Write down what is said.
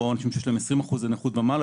או אנשים שיש להם 20% נכות ומעלה